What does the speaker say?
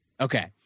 Okay